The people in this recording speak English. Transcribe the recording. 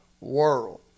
world